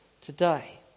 today